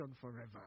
forever